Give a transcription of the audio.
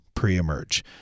pre-emerge